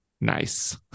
Nice